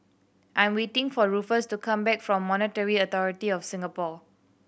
I'm waiting for Ruffus to come back from Monetary Authority Of Singapore